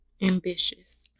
ambitious